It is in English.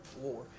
War